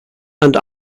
and